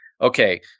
okay